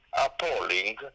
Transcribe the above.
appalling